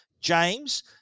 James